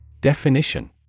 Definition